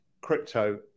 crypto